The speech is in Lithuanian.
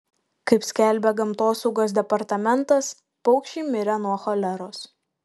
kaip skelbia gamtosaugos departamentas paukščiai mirė nuo choleros